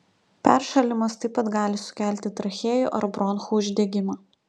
peršalimas taip pat gali sukelti trachėjų ar bronchų uždegimą